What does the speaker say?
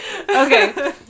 Okay